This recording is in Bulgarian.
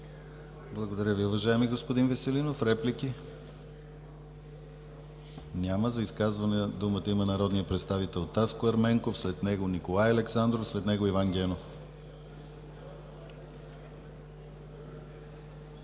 Благодаря Ви, уважаеми господин Веселинов. Реплики? Няма. За изказване думата има народният представител Таско Ерменков. След него – Николай Александров, а след него – Иван Генов.